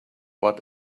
what